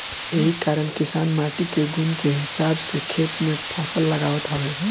एही कारण किसान माटी के गुण के हिसाब से खेत में फसल लगावत हवे